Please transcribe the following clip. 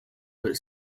but